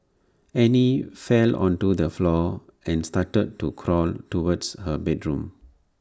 Annie fell onto the floor and started to crawl towards her bedroom